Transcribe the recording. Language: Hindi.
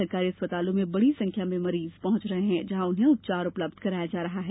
सरकारी अस्पतालों में बड़ी संख्या में मरीज पहुंच रहे हैं जहां उन्हें उपचार उपलब्ध कराया जा रहा है